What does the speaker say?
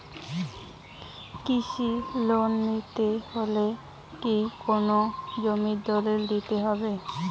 কৃষি লোন নিতে হলে কি কোনো জমির দলিল জমা দিতে হবে?